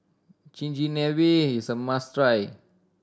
chigenabe is a must try